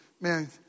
man